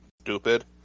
Stupid